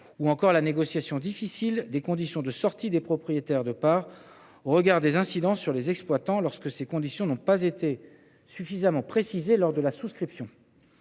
ou encore la négociation difficile des conditions de sortie des propriétaires de parts au regard des incidences sur les exploitants lorsque ces conditions n’ont pas été suffisamment précisées lors de la souscription.